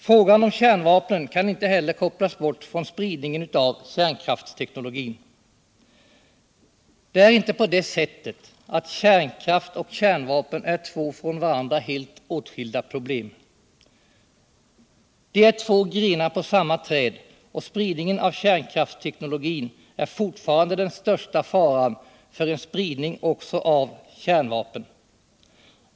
Frågan om kärnvapnen kan inte kopplas bort från spridningen av kärnkrafisteknologin. Det är inte på det sättet aut kärnkraft och kärnvapen är två från varandra helt åtskilda problem. De är två grenar på samma träd. och spridningen av kärnkraftsteknologin är fortfarande den största faran för en spridning också av kärnvapen.